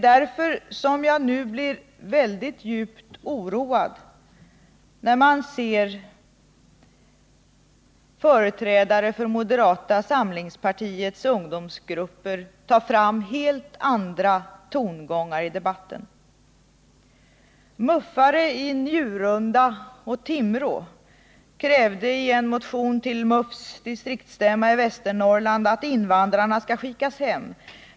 Därför gör det mig djupt oroad att höra helt andra tongångar från företrädare för moderata samlingspartiets ungdomsgrupper. MUF:are i Njurunda och Timrå krävde i en motion till MUF:s distriktsstämma i Västernorrland att invandrarna skall skickas hem.